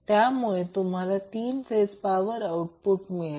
त्यामुळे तुम्हाला 3 phase power output मिळेल